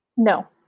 no